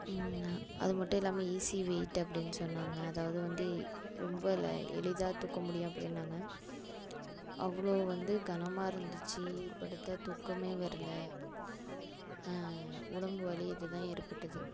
அது மட்டும் இல்லாமல் ஈஸி வெயிட் அப்டினு சொன்னாங்க அதாவது வந்து ரொம்ப ல எளிதாக தூக்க முடியும் அப்படின்னாங்க அவ்வளோ வந்து கனமாக இருந்துச்சு படுத்தால் தூக்கம் வரல உடம்பு வலி இது தான் ஏற்பட்டுது